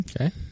okay